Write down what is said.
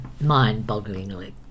mind-bogglingly